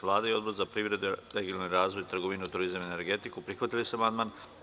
Vlada i Odbor za privredu, regionalni razvoj, trgovinu, turizam i energetiku prihvatili su amandman.